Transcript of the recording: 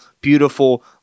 beautiful